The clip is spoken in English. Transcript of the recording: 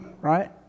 right